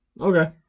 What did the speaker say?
Okay